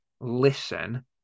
listen